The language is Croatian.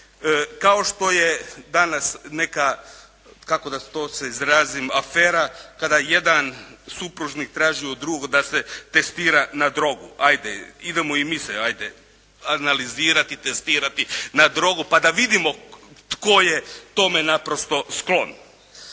Kao što je danas neka kako da to se izrazim, afera kada jedan supružnik traži od drugog da se testira na drogu, ajde idemo i mi se ajde analizirati, testirati na drogu pa da vidimo tko je tome naprosto sklon.